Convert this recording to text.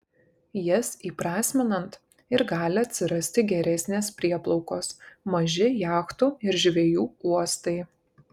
jas įprasminant ir gali atsirasti geresnės prieplaukos maži jachtų ir žvejų uostai